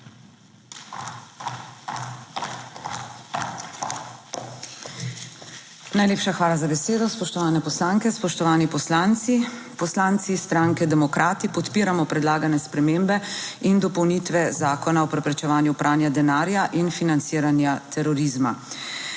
Najlepša hvala za besedo. Spoštovane poslanke, spoštovani poslanci! Poslanci stranke Demokrati podpiramo predlagane spremembe in dopolnitve Zakona o preprečevanju pranja denarja in financiranja terorizma,